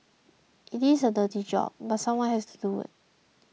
it is a dirty job but someone has to do it